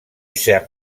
sert